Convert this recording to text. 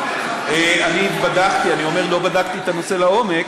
אני אומר: לא בדקתי את הנושא לעומק,